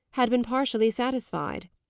had been partially satisfied.